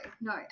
no